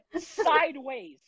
sideways